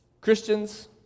Christians